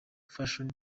fashion